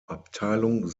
abteilung